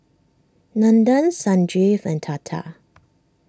Nandan Sanjeev and Tata